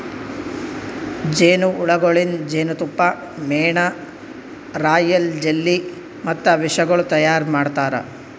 ಜೇನು ಹುಳಗೊಳಿಂದ್ ಜೇನತುಪ್ಪ, ಮೇಣ, ರಾಯಲ್ ಜೆಲ್ಲಿ ಮತ್ತ ವಿಷಗೊಳ್ ತೈಯಾರ್ ಮಾಡ್ತಾರ